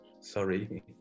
sorry